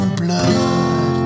blood